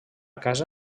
casa